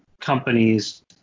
companies